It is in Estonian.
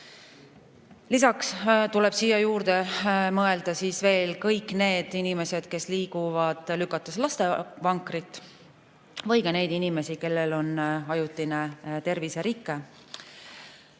Lisaks tuleb siia juurde mõelda kõik need inimesed, kes liiguvad, lükates lapsevankrit, ja ka need inimesed, kellel on ajutine terviserike.